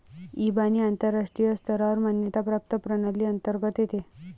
इबानी आंतरराष्ट्रीय स्तरावर मान्यता प्राप्त प्रणाली अंतर्गत येते